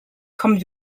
comes